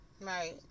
right